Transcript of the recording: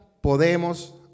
podemos